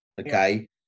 okay